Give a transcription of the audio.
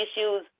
issues